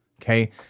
okay